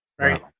right